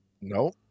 No